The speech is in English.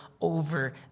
over